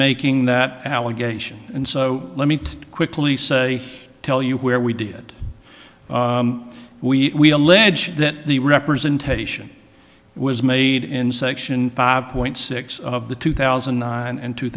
making that allegation and so let me quickly say tell you where we did we allege that the representation was made in section five point six of the two thousand and two